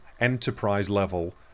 enterprise-level